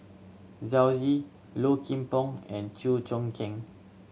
Yao Zi Low Kim Pong and Chew Choo Keng